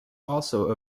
also